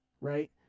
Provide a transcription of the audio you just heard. right